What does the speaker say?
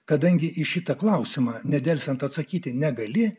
kadangi į šitą klausimą nedelsiant atsakyti negali